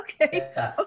okay